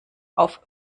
auf